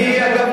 אגב,